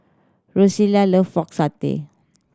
Rosella love Pork Satay